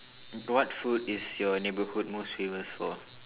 what food is your neighbourhood most famous for